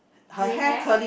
grey hair